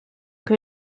que